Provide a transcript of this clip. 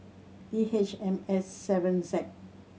D H M S seven Z